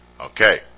Okay